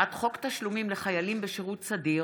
הצעת חוק תשלומים לחיילים בשירות סדיר